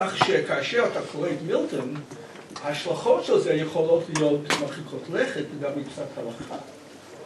‫כך שכאשר אתה קורא את מילטון, ‫ההשלכות של זה יכולות להיות ‫מרחיקות לכת, גם עם קצת הלכה.